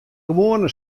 gewoane